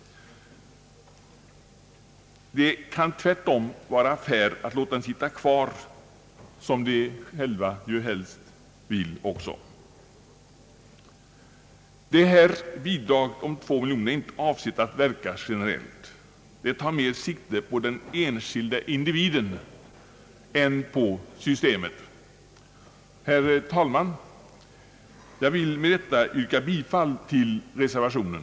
Det kan vara affär att låta dem bo kvar. Detta bidrag på två miljoner kronor är inte avsett att verka generellt. Det tar mer sikte på den enskilde individen än på systemet. Herr talman! Jag vill med detta yrka bifall till reservationen.